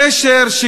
הקשר,